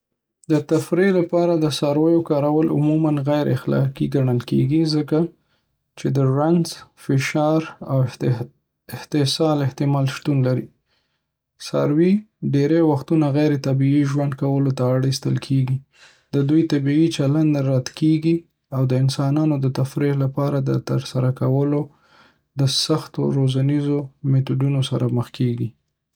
د تفریح ​​لپاره د څارویو کارول عموما غیر اخلاقي ګڼل کیږي ځکه چې د رنځ، فشار او استحصال احتمال شتون لري. څاروي ډیری وختونه غیر طبیعي ژوند کولو ته اړ ایستل کیږي، د دوی طبیعي چلند رد کیږي، او د انسانانو د تفریح ​​لپاره د ترسره کولو لپاره د سختو روزنیزو میتودونو سره مخ کیږي.